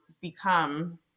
become